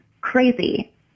crazy